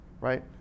right